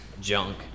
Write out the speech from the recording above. junk